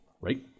right